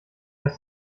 ist